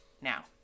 now